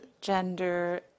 gender